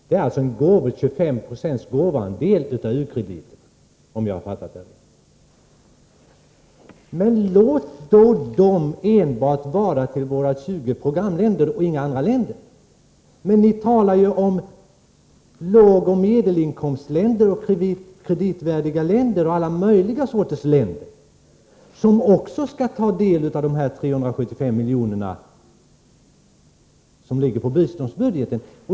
Det är alltså en 25-procentig gåvoandel av u-krediten om jag fattat det rätt. Men låt då dessa enbart gå till våra 20 programländer och inte till några andra länder. Ni talar om lågoch medelinkomstländer och kreditvärdiga länder och alla möjliga sorters länder som också skall ta del av dessa 375 milj.kr. som ligger på biståndsbudgeten.